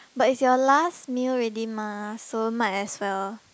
but it's your last meal already mah so might as well